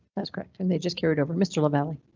that's correct and they just carried over mr lavalley.